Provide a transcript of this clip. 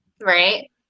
right